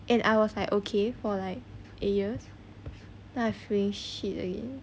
and I was like okay for like eight years then I feeling shit again